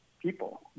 people